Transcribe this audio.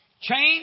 Change